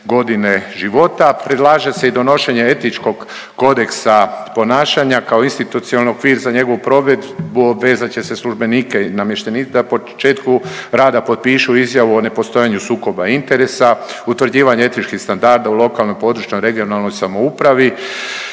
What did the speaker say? godine života. Predlaže se i donošenje Etičkog kodeksa ponašanja kao institucionalni okvir za njegovu provedbu obvezat će se službenike i namještenike da na početku rada potpišu izjavu o nepostojanju sukoba interesa, utvrđivanje etičkih standarda u lokalnoj, područnoj (regionalnoj) samoupravi